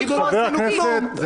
תגידו: לא עשינו כלום.